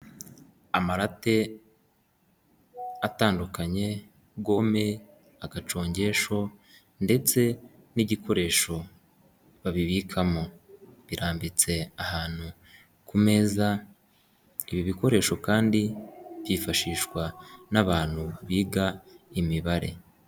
Amarate atandukanye; gome, agacongesho ndetse n'igikoresho babibikamo, birambitse ahantu ku meza, ibi bikoresho kandi byifashishwa n'abantu biga imibare.